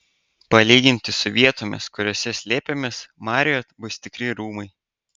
palyginti su vietomis kuriose slėpėmės marriott bus tikri rūmai